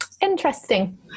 interesting